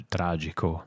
Tragico